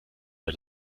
der